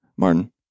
Martin